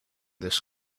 this